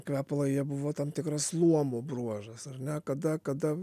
kvepalai jie buvo tam tikras luomo bruožas ar ne kada kada